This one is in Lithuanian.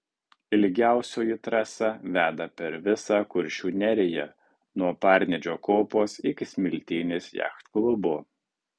ilgiausioji trasa veda per visą kuršių neriją nuo parnidžio kopos iki smiltynės jachtklubo